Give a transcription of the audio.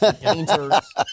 painters